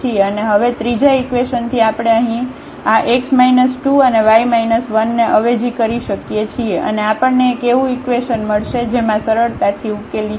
અને હવે ત્રીજા ઇકવેશન થી આપણે અહીં આ અને ને અવેજી કરી શકીએ છીએ અને આપણને એક એવું ઇકવેશન મળશે જેમાં સરળતાથી ઉકેલી શકાય